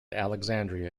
alexandria